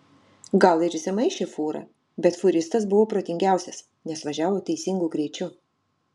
gal ir įsimaišė fūra bet fūristas buvo protingiausias nes važiavo teisingu greičiu